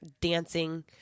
dancing